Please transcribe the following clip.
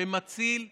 שמציל נפשות.